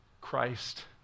Christ